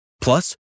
Plus